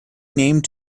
named